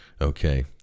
Okay